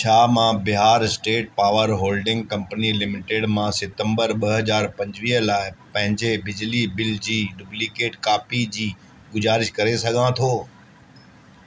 छा मां Bihar state power holding company limited मां सितंबर ॿ हज़ार पंजवीह लाइ पंहिंजे बिजली बिल जी डुप्लीकेट कापी जी गुज़ारिश करे सघां थो